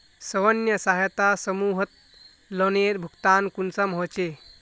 स्वयं सहायता समूहत लोनेर भुगतान कुंसम होचे?